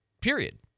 Period